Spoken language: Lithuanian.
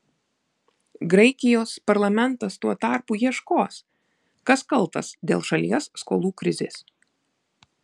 graikijos parlamentas tuo tarpu ieškos kas kaltas dėl šalies skolų krizės